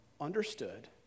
understood